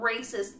racist